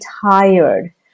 tired